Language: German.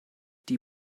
die